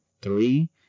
three